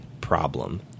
problem